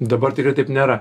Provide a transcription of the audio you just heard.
dabar tikrai taip nėra